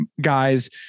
guys